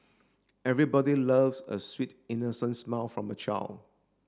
everybody loves a sweet innocent smile from a child